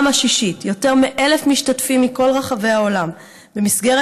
השישית יותר מ-1,000 משתתפים מכל רחבי העולם במסגרת